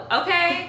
okay